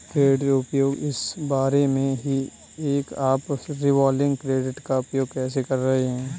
credit उपयोग इस बारे में है कि आप रिवॉल्विंग क्रेडिट का उपयोग कैसे कर रहे हैं